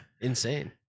Insane